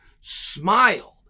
Smiled